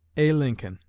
a. lincoln.